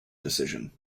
decision